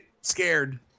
scared